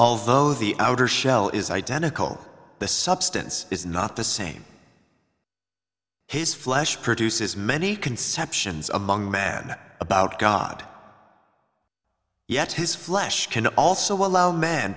although the outer shell is identical the substance is not the same his flesh produces many conceptions among man about god yet his flesh can also allow m